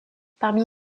parmi